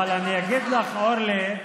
אבל אני אגיד לך, אורלי,